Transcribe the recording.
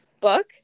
book